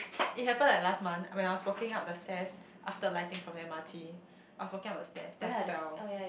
it happen like last month when I was walking up the stairs after alighting from the M_R_T I was walking up the stairs then I fell